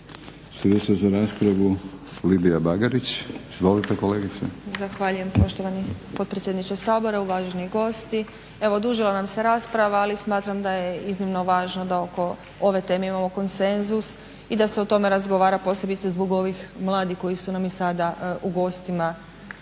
Sljedeća za raspravu Lidija Bagarić. Izvolite kolegice. **Bagarić, Lidija (SDP)** Zahvaljujem poštovani potpredsjedniče Sabora, uvaženi gosti. Evo odužila nam se rasprava, ali smatram da je iznimno važno da oko ove teme imamo konsenzus i da se o tome razgovara posebice zbog ovih mladih koji su nam i sada u gostima